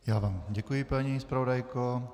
Já vám děkuji, paní zpravodajko.